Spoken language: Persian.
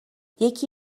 یکی